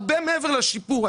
הרבה מעבר לשיפור.